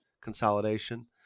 consolidation